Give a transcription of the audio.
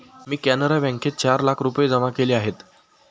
मी कॅनरा बँकेत चार लाख रुपये जमा केले आहेत